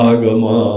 Agama